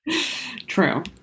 True